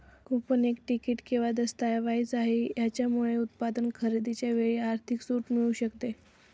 coupon एक तिकीट किंवा दस्तऐवज आहे, याच्यामुळे उत्पादन खरेदीच्या वेळी आर्थिक सूट मिळू शकते